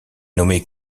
nommé